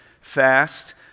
fast